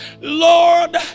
Lord